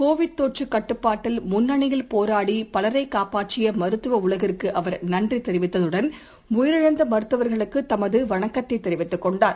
Covid தொற்றுகட்டுப்பாட்டில் முண்ணியில் போராடிபலரைக் காப்பாற்றியமருத்துவஉலகிற்குஅவர் நன்றிதெரிவித்ததுடன் உயிரிழந்தமருத்துவர்களுக்குதமதுவணக்கத்தைதெரிவித்துக் கொண்டார்